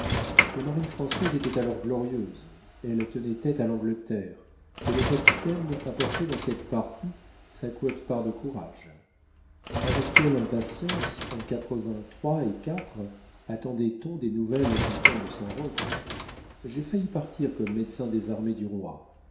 la marine française était alors glorieuse elle tenait tête à l'angleterre et le capitaine apportait dans cette partie sa quote-part de courage avec quelle impatience en quatre-vingt-trois et quatre attendait on des nouvelles du camp de saint-roch j'ai failli partir comme médecin des armées du roi